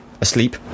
asleep